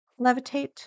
levitate